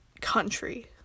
country